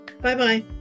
Bye-bye